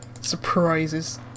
surprises